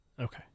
Okay